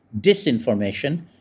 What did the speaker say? disinformation